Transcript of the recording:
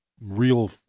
real